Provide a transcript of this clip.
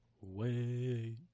Wait